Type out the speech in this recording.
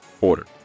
order